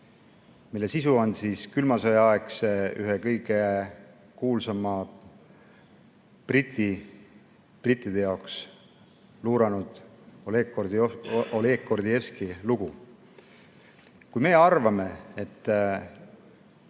mille sisu on külma sõja aegse ühe kõige kuulsama brittide jaoks luuranud Oleg Gordijevski lugu. Kui meie arvame, et